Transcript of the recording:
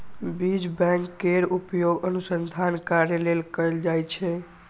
बीज बैंक केर उपयोग अनुसंधान कार्य लेल कैल जाइ छै